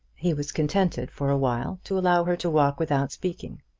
he was contented for awhile to allow her to walk without speaking.